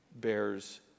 bears